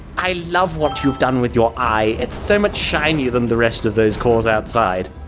i love what you've done with your eye it's so much shiner than the rest of those cores outside!